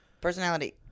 Personality